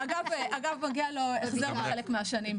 אגב, מגיע לו החזר בחלק מהשנים.